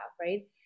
right